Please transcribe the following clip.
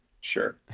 Sure